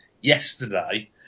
yesterday